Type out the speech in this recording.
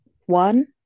One